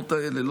החומות האלה.